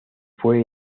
fue